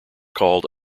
called